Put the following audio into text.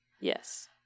Yes